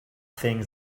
things